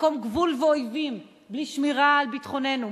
מקום גבול ואויבים בלי שמירה על ביטחוננו,